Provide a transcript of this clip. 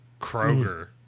Kroger